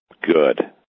good